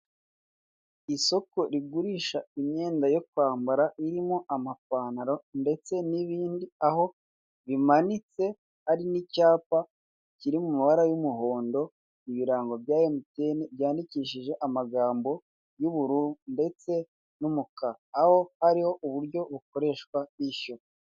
Isoko rigurisha imyenda yo kwambara irimo amapantaro ndetse n'ibindi, aho bimanitse hari n'icyapa kiri mu mabara y'umuhondo, ibirango bya emutiyeni, byandikishije amagambo y'ubururu ndetse n'umukara. Aho hariho uburyo bukoreshwa bishyura.